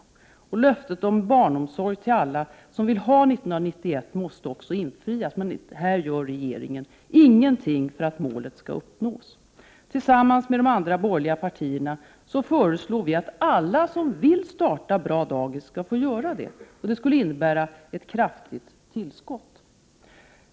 Löftet att alla som vill ha barnomsorg skall få det 1991 måste infrias. Här gör regeringen ingenting för att målet skall uppnås. Tillsammans med de andra borgerliga partierna föreslår vi att alla som vill starta bra dagis skall få göra det. Det skulle innebära ett kraftigt tillskott.